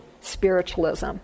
spiritualism